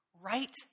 right